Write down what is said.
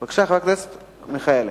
בבקשה, חבר הכנסת מיכאלי.